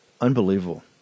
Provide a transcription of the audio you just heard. Unbelievable